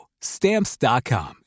Stamps.com